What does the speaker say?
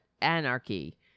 anarchy